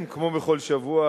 כמו בכל שבוע,